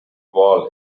wall